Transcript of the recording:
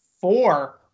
four